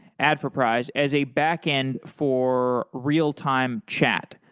adforprize, as a backend for real-time chat.